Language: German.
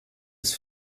ist